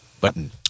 Button